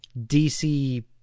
DC